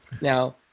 Now